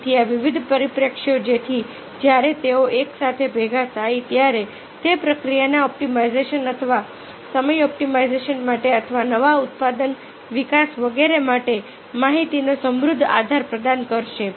તેથી આ વિવિધ પરિપ્રેક્ષ્યો જેથી જ્યારે તેઓ એકસાથે ભેગા થાય ત્યારે તે પ્રક્રિયાના ઑપ્ટિમાઇઝેશન અથવા સમય ઑપ્ટિમાઇઝેશન માટે અથવા નવા ઉત્પાદન વિકાસ વગેરે માટે માહિતીનો સમૃદ્ધ આધાર પ્રદાન કરશે